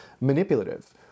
manipulative